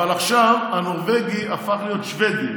אבל עכשיו הנורבגי הפך להיות שבדי,